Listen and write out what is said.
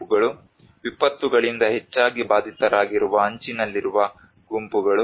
ಗುಂಪುಗಳು ವಿಪತ್ತುಗಳಿಂದ ಹೆಚ್ಚಾಗಿ ಬಾಧಿತರಾಗಿರುವ ಅಂಚಿನಲ್ಲಿರುವ ಗುಂಪುಗಳು